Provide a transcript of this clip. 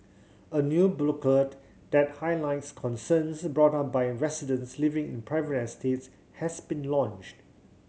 a new booklet that highlights concerns brought up by residents living in private estates has been launched